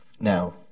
Now